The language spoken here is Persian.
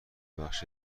بخش